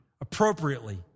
appropriately